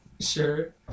Sure